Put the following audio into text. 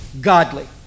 Godly